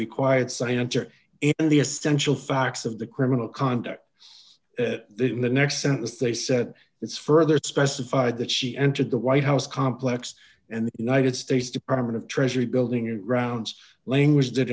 required scienter the essential facts of the criminal conduct in the next sentence they said it's further specified that she entered the white house complex and the united states department of treasury building and grounds language